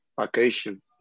vacation